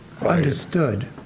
Understood